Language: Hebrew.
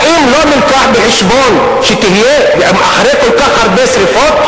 האם לא הובא בחשבון, אחרי כל כך הרבה שרפות,